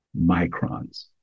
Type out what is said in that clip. microns